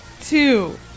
two